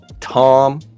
Tom